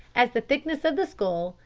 as the thickness of the skull,